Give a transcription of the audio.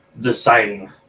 deciding